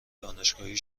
دانشگاهی